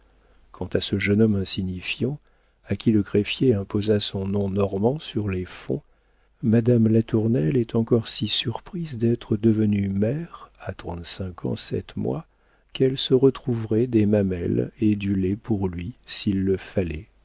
quant à ce jeune homme insignifiant à qui le greffier imposa son nom normand sur les fonts madame latournelle est encore si surprise d'être devenue mère à trente-cinq ans sept mois qu'elle se retrouverait des mamelles et du lait pour lui s'il le fallait